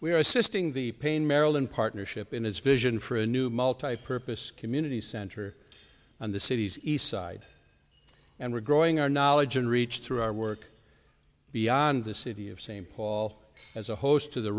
are assisting the pain maryland partnership in his vision for a new multi purpose community center on the city's east side and we're growing our knowledge and reach through our work beyond the city of st paul as a host to the